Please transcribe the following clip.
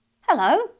Hello